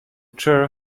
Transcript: chair